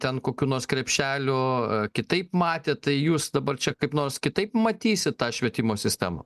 ten kokių nors krepšelių kitaip matė tai jūs dabar čia kaip nors kitaip matysit tą švietimo sistemą